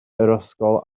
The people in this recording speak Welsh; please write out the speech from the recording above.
ysgol